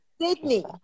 Sydney